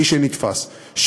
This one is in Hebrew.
למי שנתפס,